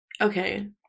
okay